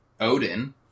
Odin